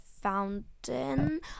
fountain